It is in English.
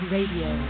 Radio